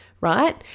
right